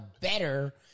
better